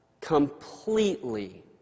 completely